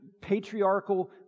patriarchal